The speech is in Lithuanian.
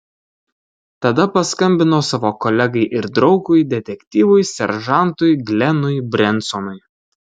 tada paskambino savo kolegai ir draugui detektyvui seržantui glenui brensonui